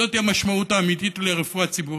זו המשמעות האמיתית של רפואה ציבורית.